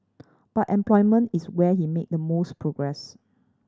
but employment is where he made the most progress